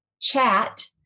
chat